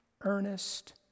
earnest